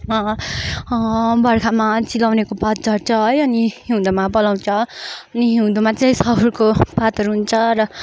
बर्खामा चिलाउनेको पात झर्छ है अनि हिउँदमा पलाउँछ अनि हिउँदमा चाहिँ सउरको पातहरू हुन्छ र